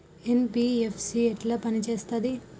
NBFC ఎట్ల పని చేత్తది?